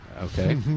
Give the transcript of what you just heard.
Okay